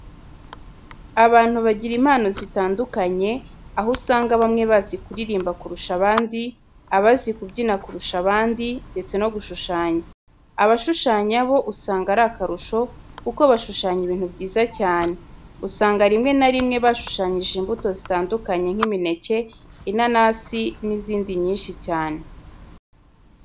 Abantu bagira impano zitandukanye, aho usanga bamwe bazi kuririmba kurusha abandi, abazi kubyina kurusha abandi ndetse no gushushanya. Abashushanya bo usanga ari akarusho kuko bashushanya ibintu byiza cyane. Usanga rimwe na rimwe bashushanyije imbuto zitandukanye nk'imineke, inanasi n'izindi nyinshi cyane.